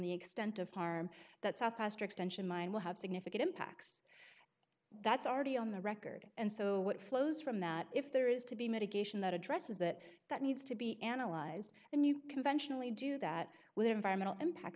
the extent of harm that south faster extension mine will have significant impacts that's already on the record and so what flows from that if there is to be mitigation that addresses that that needs to be analyzed and you conventionally do that with environmental impact